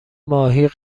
ماهی